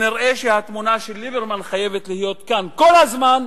נראה שהתמונה של ליברמן חייבת להיות קבועה כאן כל הזמן,